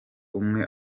umwe